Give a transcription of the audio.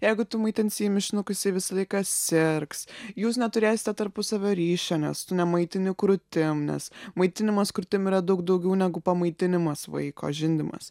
jeigu tu maitinsi jį mišinukais jisai visą laiką sirgs jūs neturėsite tarpusavio ryšio nes tu nemaitini krūtim nes maitinimas krūtim yra daug daugiau negu pamaitinimas vaiko žindymas